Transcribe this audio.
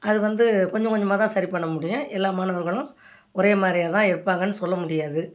அது வந்து கொஞ்சம் கொஞ்சமாக தான் சரி பண்ண முடியும் எல்லா மாணவர்களும் ஒரே மாதிரியா தான் இருப்பாங்கன்னு சொல்ல முடியாது